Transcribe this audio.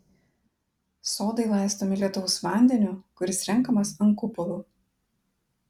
sodai laistomi lietaus vandeniu kuris renkamas ant kupolų